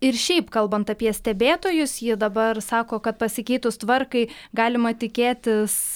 ir šiaip kalbant apie stebėtojus ji dabar sako kad pasikeitus tvarkai galima tikėtis